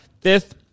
fifth